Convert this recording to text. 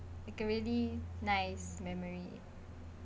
like a really nice memory